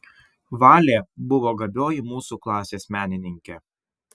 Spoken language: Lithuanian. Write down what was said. valė buvo gabioji mūsų klasės menininkė